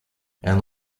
and